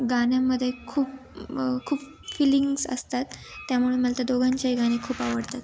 गाण्यामध्ये खूप खूप फीलिंग्स असतात त्यामुळे मला त्या दोघांचेही गाणे खूप आवडतात